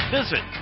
Visit